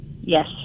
Yes